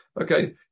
Okay